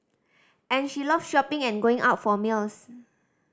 and she love shopping and going out for meals